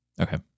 Okay